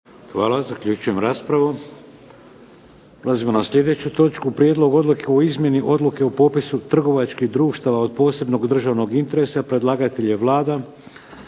Vladimir (HDZ)** Prelazimo na sljedeću točku - Prijedlog odluke o izmjeni Odluke o popisu trgovačkih društava od posebnog državnog interesa Predlagatelj je Vlada